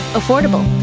affordable